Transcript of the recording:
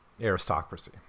aristocracy